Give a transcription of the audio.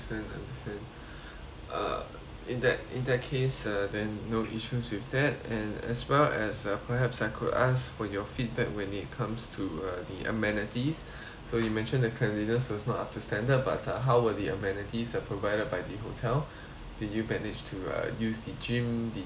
uh in that in that case uh then no issues with that and as well as uh perhaps I could ask for your feedback when it comes to uh the amenities so you mentioned the cleanliness was not up to standard but uh how were the amenities are provided by the hotel did you manage to uh use the gym the spa all those